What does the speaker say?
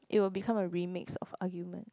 it will become a remix or argument